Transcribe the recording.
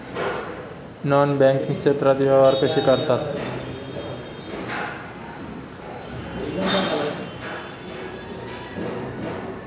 Non banking क्षेत्रात व्यवहार कसे करतात?